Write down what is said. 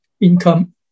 income